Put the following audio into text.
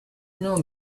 know